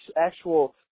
actual –